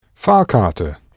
Fahrkarte